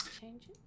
changes